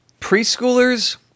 preschoolers